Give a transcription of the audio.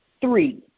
three